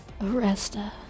Arresta